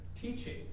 teaching